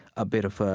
a bit of, ah